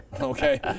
okay